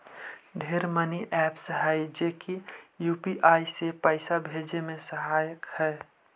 ढेर money apps हई जे की यू.पी.आई से पाइसा भेजे में सहायक हई